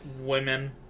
women